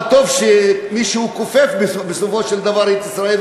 אבל טוב שמישהו כופף בסופו של דבר את ישראל,